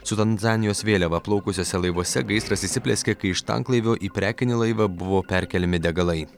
su tanzanijos vėliava plaukusiuose laivuose gaisras įsiplieskė kai iš tanklaivio į prekinį laivą buvo perkeliami degalai